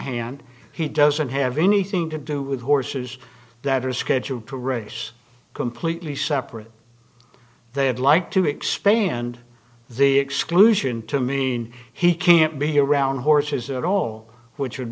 farmhand he doesn't have anything to do with horses that are scheduled to race completely separate they have like to expand the exclusion to mean he can't be around horses at all which would